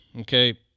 okay